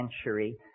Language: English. century